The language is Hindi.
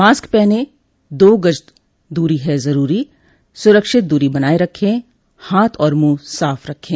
मास्क पहनें दो गज़ दूरी है ज़रूरी सुरक्षित दूरी बनाए रखें हाथ और मुंह साफ़ रखें